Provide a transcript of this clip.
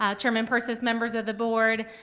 ah chairman persis, members of the board,